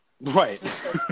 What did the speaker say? Right